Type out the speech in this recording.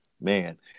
man